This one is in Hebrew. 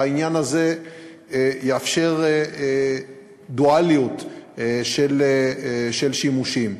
והעניין הזה יאפשר דואליות של שימושים.